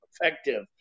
effective